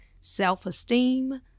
self-esteem